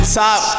top